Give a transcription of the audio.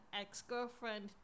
ex-girlfriend